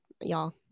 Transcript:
y'all